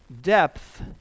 depth